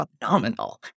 phenomenal